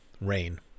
rain